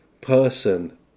person